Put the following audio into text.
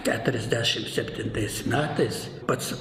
keturiasdešim septintais metais pats